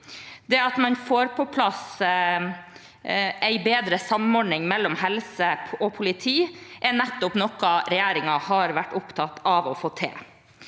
Det å få på plass en bedre samordning mellom helse og politi er nettopp noe regjeringen har vært opptatt av å få til.